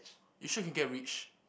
you should get rich